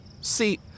See